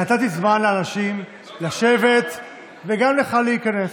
נתתי זמן לאנשים לשבת וגם לך להיכנס.